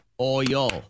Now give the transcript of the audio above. Oil